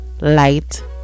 Light